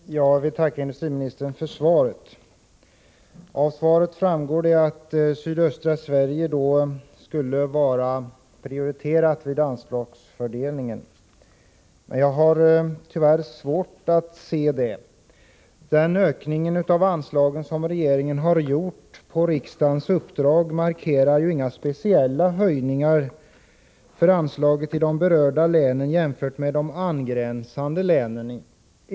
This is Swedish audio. Herr talman! Jag vill tacka industriministern för svaret. Av svaret framgår att sydöstra Sverige skulle ha prioriterats vid anslagsfördelningen. Jag har tyvärr svårt att se det. Den ökning av anslagen som regeringen genomfört på riksdagens uppdrag utgör inte någon markering av att mån speciellt skulle vilja höja anslagen för de berörda länen jämfört med de angränsande länen.